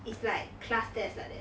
it's like class test like that